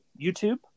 YouTube